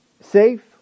safe